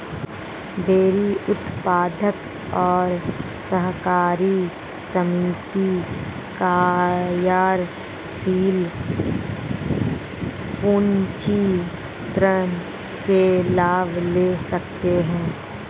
dairy उत्पादक और सहकारी समिति कार्यशील पूंजी ऋण के लाभ ले सकते है